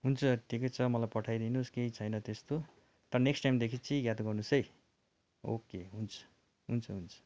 हुन्छ ठिकै छ मलाई पठाइदिनुहोस् केही छैन त्यस्तो तर नेक्स्ट टाइमदेखि चाहिँ याद गर्नुहोस् है ओके हुन्छ हुन्छ हुन्छ